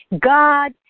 God